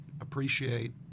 appreciate